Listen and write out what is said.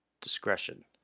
discretion